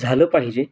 झालं पाहिजे